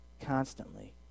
constantly